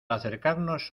acercarnos